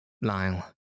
Lyle